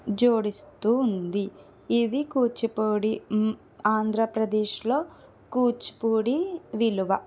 జోడిస్తూ ఉంది ఇది కూచిపూడి ఆంధ్రప్రదేశ్లో కూచిపూడి విలువ